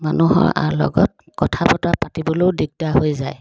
মানুহৰ লগত কথা বতৰা পাতিবলৈয়ো দিগদাৰ হৈ যায়